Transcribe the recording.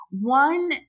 One